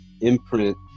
imprint